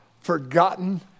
forgotten